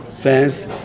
fans